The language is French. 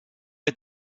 est